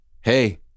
Hey